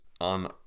on